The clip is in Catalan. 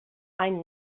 any